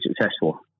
successful